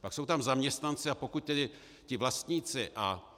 Pak jsou tam zaměstnanci, a pokud tedy vlastníci a